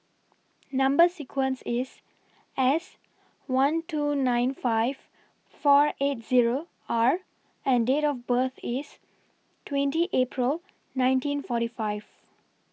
Number sequence IS S one two nine five four eight Zero R and Date of birth IS twenty April nineteen forty five